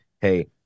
hey